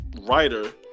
writer